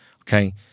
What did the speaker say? okay